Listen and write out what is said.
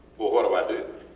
what what do i do?